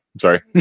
Sorry